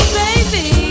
baby